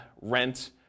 rent